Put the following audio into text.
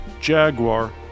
Jaguar